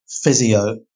physio